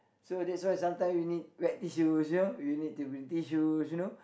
so that's why sometime you need wet tissues you need to bring tissues you know